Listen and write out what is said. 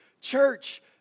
church